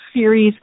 series